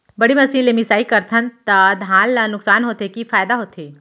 बड़ी मशीन ले मिसाई करथन त धान ल नुकसान होथे की फायदा होथे?